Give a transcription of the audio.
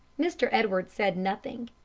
mr. edwards said nothing.